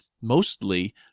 Mostly